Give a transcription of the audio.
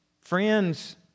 friends